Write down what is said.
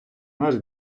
наш